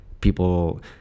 people